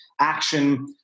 action